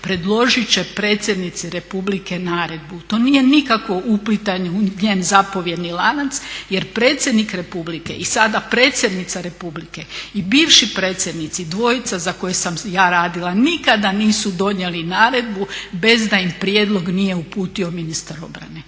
predložit će predsjednici Republike naredbu. To nije nikakvo uplitanje u njen zapovjedni lanac jer predsjednik Republike i sada predsjednica Republike i bivši predsjednici dvojica za koje sam ja radila nikada nisu donijeli naredbu bez da im prijedlog nije uputio ministar obrane.